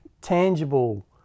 tangible